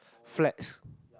flex